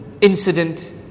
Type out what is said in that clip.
incident